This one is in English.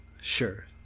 Sure